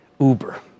Uber